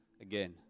again